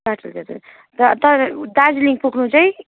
तर तर दार्जिलिङ पुग्नु चाहिँ